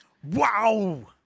Wow